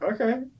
Okay